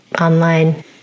online